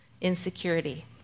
insecurity